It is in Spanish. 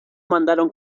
mandaron